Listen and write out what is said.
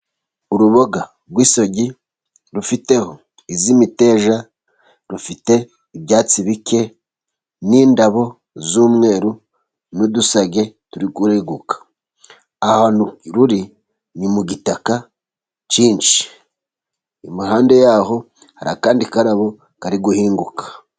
Uruboga rw'isogi rufiteho iz'imiteja, rufite ibyatsi bike, n'indabo z'umweru, n'udusage turi kureguka, ahantu ruri ni mu gitaka cyinshi, impanda yaho hari akandi karabo kari guhinguka.